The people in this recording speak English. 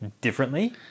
differently